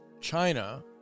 China